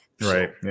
Right